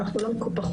אנחנו לא מקופחות,